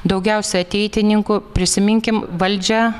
daugiausiai ateitininkų prisiminkim valdžią